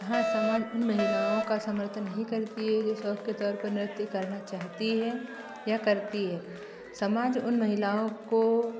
हाँ समाज उन महिलाओं का समर्थन नहीं करती है जो शौक के तौर पर नृत्य करना चाहती हैं या करती हैं समाज उन महिलाओं को